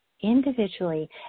individually